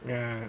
yeah